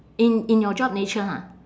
in in your job nature ha